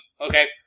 Okay